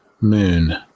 Moon